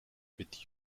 with